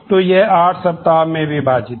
तो यह 8 सप्ताह में विभाजित है